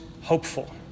hopeful